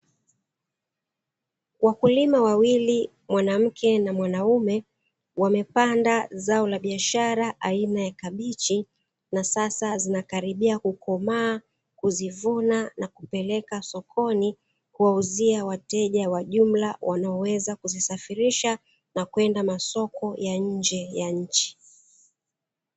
Wakulima wawili mwanamke na mwanaume, wamepanda zao la biashara aina ya kabichi na sasa zinakaribia kukomaa, kuzivuna na kupeleka sokoni kuwauzia wateja wa jumla wanaoweza kuzisafirisha na kwenda masoko ya nje ya nchi.